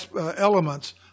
elements